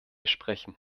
sprechen